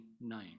name